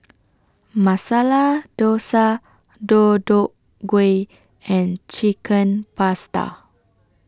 Masala Dosa Deodeok Gui and Chicken Pasta